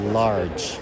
large